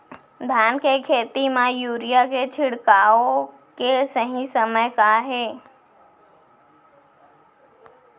धान के खेती मा यूरिया के छिड़काओ के सही समय का हे?